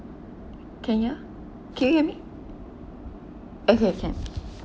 can hear can you hear me okay can